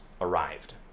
arrived